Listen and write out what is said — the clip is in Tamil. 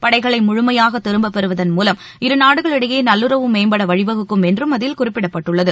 படைகளை முழுமையாக திரும்ப பெறுவதன் மூவம் இரு நாடுகளிடையே நல்லறவு மேம்பட வழிவகுக்கும் என்றும் அதில் குறிப்பிடப்பட்டுள்ளது